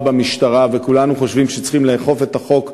במשטרה וכולנו חושבים שצריך לאכוף את החוק יותר,